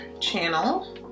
channel